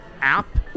app